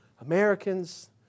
Americans